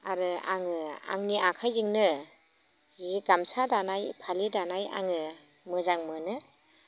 आरो आङो आंनि आखाइजोंनो जि गामसा दानाय फालि दानाय आङो मोजां मोनो